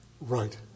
Right